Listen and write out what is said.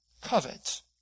covet